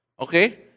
Okay